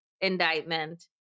indictment